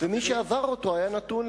ומי שעבר אותו היה נתון,